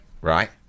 Right